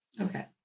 Okay